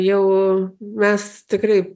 jau mes tikrai